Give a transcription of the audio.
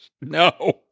No